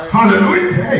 Hallelujah